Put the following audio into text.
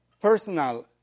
personal